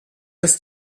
ist